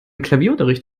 klavierunterricht